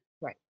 right